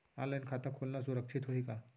Online खाता खोलना सुरक्षित होही का?